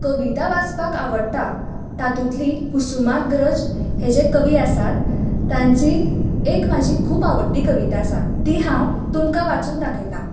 कविता वाचपाक आवडटा तातूंतली कुसुमाग्रज हे जे कवी आसात तांची एक म्हजी खूब आवडटी कविता आसा ती हांव तुमकां वाचून दाखयता